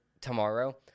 tomorrow